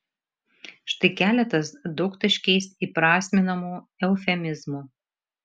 štai keletas daugtaškiais įprasminamų eufemizmų